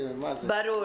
ברור.